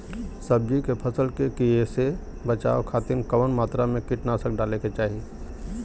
सब्जी के फसल के कियेसे बचाव खातिन कवन मात्रा में कीटनाशक डाले के चाही?